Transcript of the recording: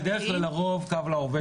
בדרך כלל רוב הפניות מגיעות מ"קו לעובד"